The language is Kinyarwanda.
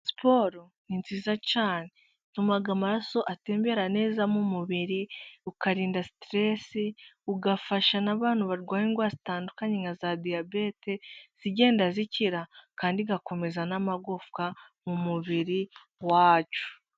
Siporo ni nziza cyane ituma amaraso atembera neza mu mubiri ukarinda siteresi ,ugafasha n'abantu barwaye indwara zitandukanye nka za diyabete zigenda zikira , kandi igakomeza n'amagufwa mu mubiri wacu.